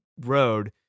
road